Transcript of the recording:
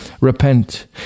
Repent